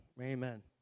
amen